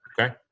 okay